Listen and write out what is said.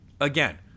again